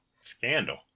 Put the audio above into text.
scandal